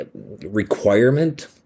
requirement